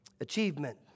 achievement